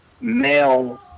male